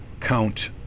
count